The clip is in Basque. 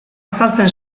azaltzen